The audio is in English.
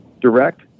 direct